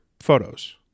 photos